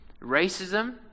racism